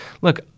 look